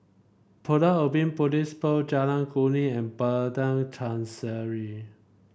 Pulau Ubin Police Post Jalan Kuning and Padang Chancery